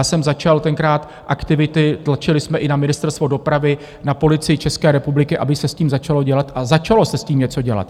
Já jsem začal tenkrát aktivity, tlačili jsme i na Ministerstvo dopravy, na Policii České republiky, aby se s tím začalo dělat, a začalo se s tím něco dělat.